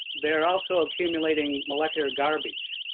they are also accumulating molecular garbage.